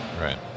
Right